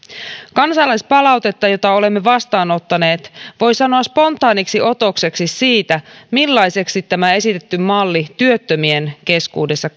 kansalaispalautetta jota olemme vastaanottaneet voi sanoa spontaaniksi otokseksi siitä millaiseksi tämä esitetty malli työttömien keskuudessa